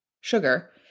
sugar